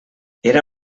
era